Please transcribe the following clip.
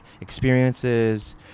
experiences